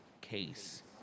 case